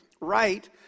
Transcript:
right